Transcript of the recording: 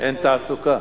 אין תעסוקה.